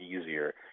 easier